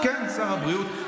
כן, שר הבריאות.